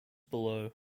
below